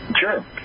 Sure